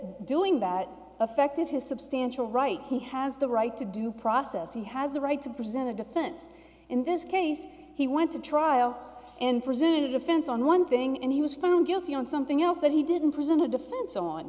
doing that affected his substantial right he has the right to due process he has the right to present a defense in this case he went to trial in pursuit of defense on one thing and he was found guilty on something else that he didn't present a defense on